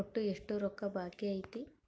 ಒಟ್ಟು ಎಷ್ಟು ರೊಕ್ಕ ಬಾಕಿ ಐತಿ?